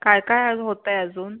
काय काय अज होत आहे अजून